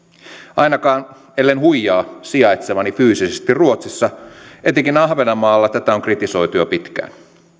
ainakaan ellen huijaa sijaitsevani fyysisesti ruotsissa etenkin ahvenanmaalla tätä on kritisoitu jo pitkään